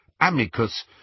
Amicus